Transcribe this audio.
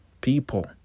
people